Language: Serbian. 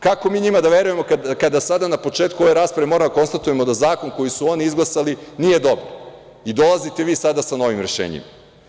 Kako mi njima da verujemo kada sada na početku ove rasprave moramo da konstatujemo da zakon koji su oni izglasali nije dobar i dolazite vi sada sa novim rešenjem.